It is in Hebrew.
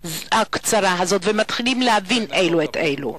הקצרה הזאת וכיצד הם מתחילים להבין אלו את אלו.